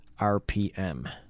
RPM